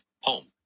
Home